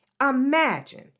Imagine